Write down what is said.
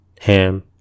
Ham